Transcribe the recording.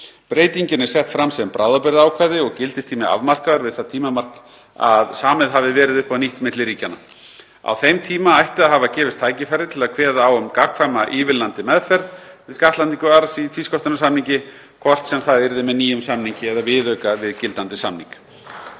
Breytingin er sett fram sem bráðabirgðaákvæði og gildistími afmarkaður við það tímamark að samið hafi verið upp á nýtt milli ríkjanna. Á þeim tíma ætti að hafa gefist tækifæri til að kveða á um gagnkvæma ívilnandi meðferð við skattlagningu arðs í tvísköttunarsamningi, hvort sem það yrði með nýjum samningi eða viðauka við gildandi samning.